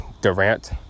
Durant